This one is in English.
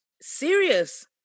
Serious